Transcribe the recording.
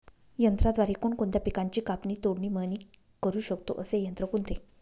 यंत्राद्वारे कोणकोणत्या पिकांची कापणी, तोडणी, मळणी करु शकतो, असे यंत्र कोणते?